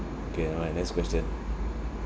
okay alright next question